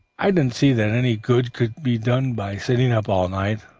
i didn't see that any good could be done by sitting up all night.